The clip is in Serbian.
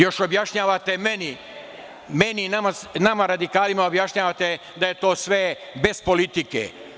Još objašnjavate meni, meni i nama radikalima objašnjavate da je to sve bez politike.